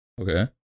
Okay